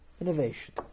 innovation